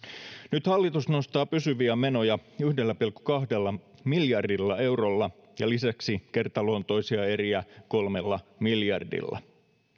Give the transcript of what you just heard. nyt hallitus nostaa pysyviä menoja yhdellä pilkku kahdella miljardilla eurolla ja lisäksi kertaluontoisia eriä kolmella miljardilla